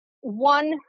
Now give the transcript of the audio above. one